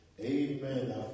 Amen